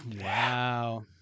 Wow